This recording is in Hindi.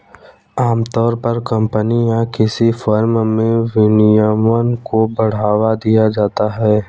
आमतौर पर कम्पनी या किसी फर्म में विनियमन को बढ़ावा दिया जाता है